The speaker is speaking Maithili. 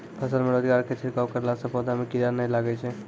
फसल मे रोगऽर के छिड़काव करला से पौधा मे कीड़ा नैय लागै छै?